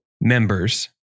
Members